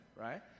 Right